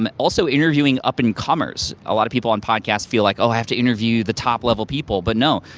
um also interviewing up and comers. a lot of people on podcasts feel like, oh i have to interview the top level people. but no,